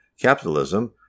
capitalism